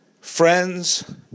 friends